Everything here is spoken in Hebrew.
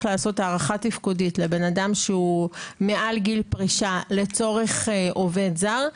לעשות הערכה תפקודית לבן אדם שהוא מעל גיל פרישה לצורך עובד זר,